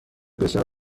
بسیار